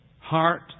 heart